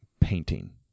painting